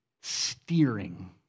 steering